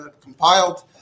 compiled